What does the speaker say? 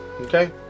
okay